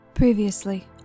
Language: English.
previously